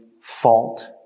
fault